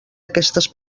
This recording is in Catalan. aquestes